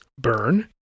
Burn